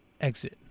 exit